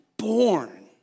Born